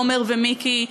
עמר ומיקי,